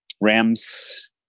Rams